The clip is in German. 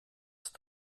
ist